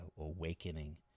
awakening